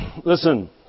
Listen